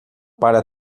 para